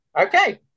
okay